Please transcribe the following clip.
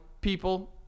people